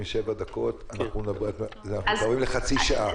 שבע דקות ואנחנו מתקרבים לחצי שעה.